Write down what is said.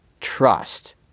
trust